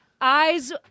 eyes